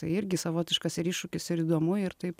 tai irgi savotiškas ir iššūkis ir įdomu ir taip